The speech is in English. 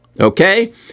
Okay